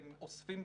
הם אוספים,